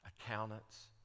accountants